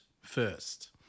first